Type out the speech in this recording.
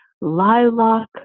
lilac